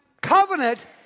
covenant